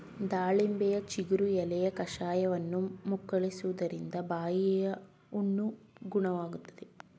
ದಾಳಿಂಬೆಯ ಚಿಗುರು ಎಲೆಯ ಕಷಾಯವನ್ನು ಮುಕ್ಕಳಿಸುವುದ್ರಿಂದ ಬಾಯಿಹುಣ್ಣು ಗುಣವಾಗ್ತದೆ